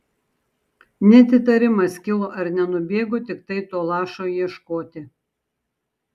net įtarimas kilo ar nenubėgo tiktai to lašo ieškoti